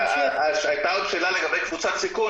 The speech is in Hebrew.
הייתה עוד שאלה לגבי קבוצת סיכון